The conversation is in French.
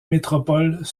métropoles